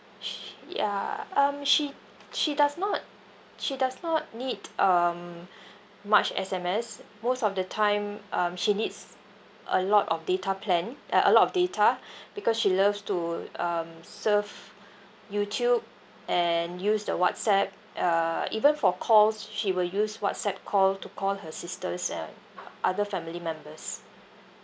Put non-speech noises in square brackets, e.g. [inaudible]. she ya um she she does not she does not need um much S_M_S most of the time um she needs a lot of data plan uh a lot of data because she loves to um surf YouTube and use the WhatsApp uh even for calls she will use WhatsApp call to call her sisters and [noise] other family members